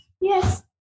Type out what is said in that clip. Yes